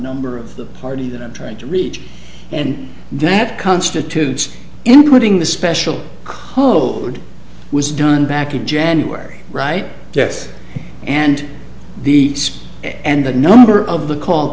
number of the party that i'm trying to reach and that constitutes including the special code was done back in january right death and the space and the number of the call